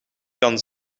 kan